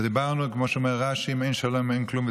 ודיברנו, כמו שאומר רש"י: אם אין שלום, אין כלום.